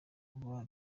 kuba